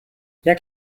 jak